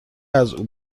ازاو